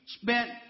spent